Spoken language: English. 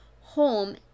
home